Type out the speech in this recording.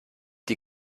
die